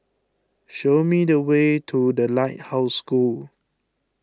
show me the way to the Lighthouse School